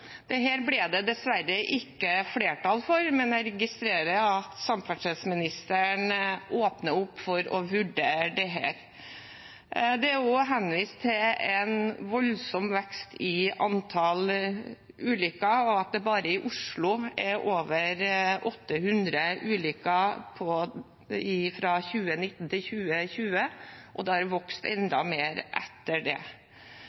ble det dessverre ikke flertall for, men jeg registrerer at samferdselsministeren åpner opp for å vurdere dette. Det er også henvist til en voldsom vekst i antall ulykker, og at det bare i Oslo var over 800 ulykker fra 2019 til 2020, og det har vokst enda